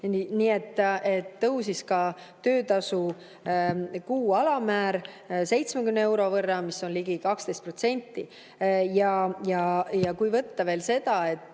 eurot. Tõusis ka töötasu kuu alammäär 70 euro võrra, mis on ligi 12%. Kui vaadata veel seda, et